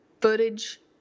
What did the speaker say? footage